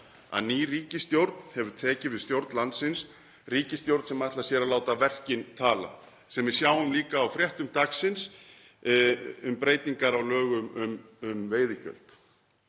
að ný ríkisstjórn hefur tekið við stjórn landsins, ríkisstjórn sem ætlar sér að láta verkin tala, sem við sjáum líka á fréttum dagsins um breytingar á lögum um veiðigjöld.